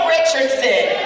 Richardson